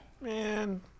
Man